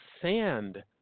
sand